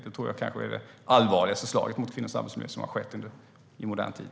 Det är nog det allvarligaste slaget mot kvinnors arbetsmiljö som har skett i modern tid.